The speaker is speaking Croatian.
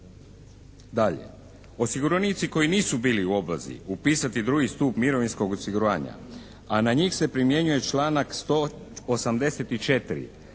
Dalje, osiguranici koji nisu bili u obvezi upisati drugi stup mirovinskog osiguranja a na njih se primjenjuje članak 184.